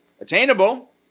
Attainable